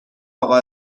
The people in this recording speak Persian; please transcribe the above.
اقا